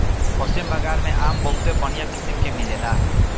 पश्चिम बंगाल में आम बहुते बढ़िया किसिम के मिलेला